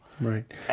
Right